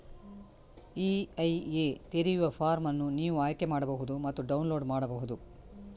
EIA ತೆರೆಯುವ form ಅನ್ನು ನೀವು ಆಯ್ಕೆ ಮಾಡಬಹುದು ಮತ್ತು ಡೌನ್ಲೋಡ್ ಮಾಡಬಹುದು